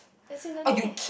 as in the thing is